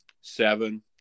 seven